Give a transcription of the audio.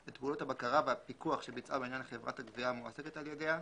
את פעולות הבקרה והפיקוח שביצעה בעניין חברת הגביה המועסקת על ידיה,